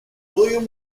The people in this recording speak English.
william